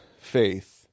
faith